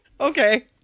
okay